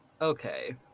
okay